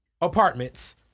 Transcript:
apartments